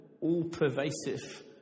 all-pervasive